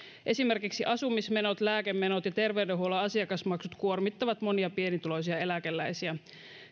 esimerkiksi asumismenot lääkemenot ja terveydenhuollon asiakasmaksut kuormittavat monia pienituloisia eläkeläisiä